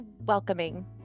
welcoming